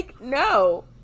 no